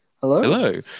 Hello